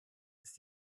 ist